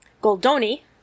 Goldoni